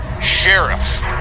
sheriff